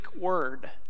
word